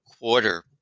quarter